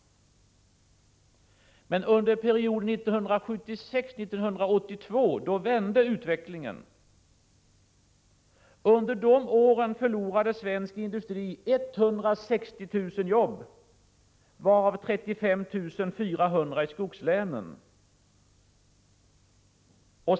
Men under perioden 1976-1982 vände utvecklingen. Under dessa år förlorade svensk industri 160 000 jobb, varav 35 400 i skogslänen.